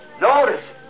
notice